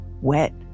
wet